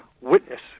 witness